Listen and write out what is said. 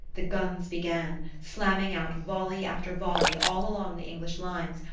the guns began, slamming out volley after volley all along the english lines,